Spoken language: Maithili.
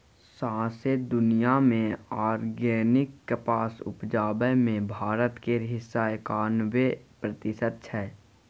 सौंसे दुनियाँ मे आर्गेनिक कपास उपजाबै मे भारत केर हिस्सा एकानबे प्रतिशत छै